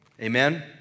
Amen